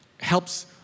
helps